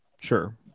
sure